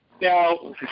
Now